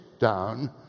down